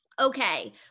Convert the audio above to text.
Okay